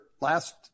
last